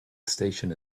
station